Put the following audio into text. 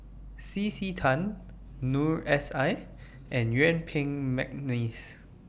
C C Tan Noor S I and Yuen Peng Mcneice